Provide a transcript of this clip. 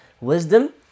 wisdom